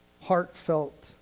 heartfelt